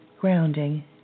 grounding